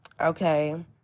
Okay